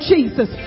Jesus